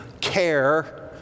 care